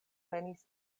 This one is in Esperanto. venis